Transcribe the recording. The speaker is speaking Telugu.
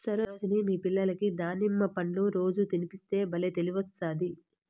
సరోజిని మీ పిల్లలకి దానిమ్మ పండ్లు రోజూ తినిపిస్తే బల్లే తెలివొస్తాది